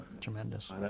tremendous